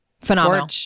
Phenomenal